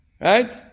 Right